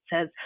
says